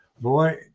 boy